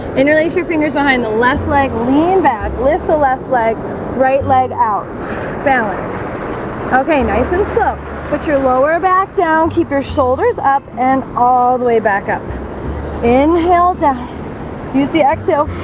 interlace your fingers behind the left leg lean back lift the left leg right leg out okay, nice and slow put your lower back down keep your shoulders up and all the way back up inhale down use the exhale